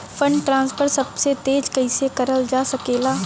Fund transfer सबसे तेज कइसे करल जा सकेला?